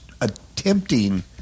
attempting